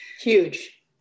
Huge